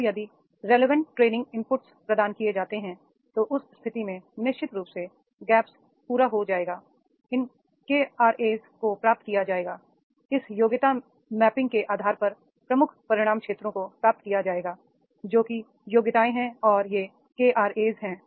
और यदि relevant training input प्रदान किए जाते हैं तो उस स्थिति में निश्चित रूप से गैप्स पूरा हो जाएगा इन केआरए को प्राप्त किया जाएगा इस योग्यता मै पिंग के आधार पर प्रमुख परिणाम क्षेत्रों को प्राप्त किया जाएगा जो कि योग्यताएं हैं और ये केआरए हैं